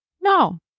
No